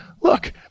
look